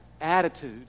attitude